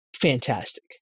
fantastic